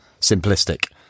simplistic